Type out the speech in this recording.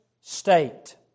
state